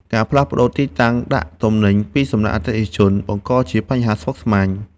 ការផ្លាស់ប្តូរទីតាំងដាក់ទំនិញពីសំណាក់អតិថិជន បង្កជាបញ្ហាស្មុគស្មាញ។